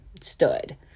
stood